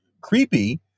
creepy